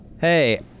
hey